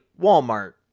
Walmart